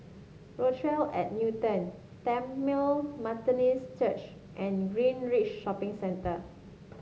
Rochelle at Newton Tamil Methodist Church and Greenridge Shopping Centre